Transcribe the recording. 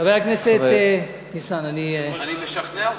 חבר הכנסת ניסן, אני, אני משכנע אותו.